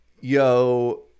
yo